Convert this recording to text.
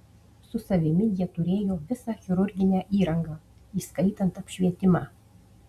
su savimi jie turėjo visą chirurginę įrangą įskaitant apšvietimą